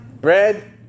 bread